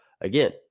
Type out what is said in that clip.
again